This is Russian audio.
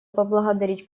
поблагодарить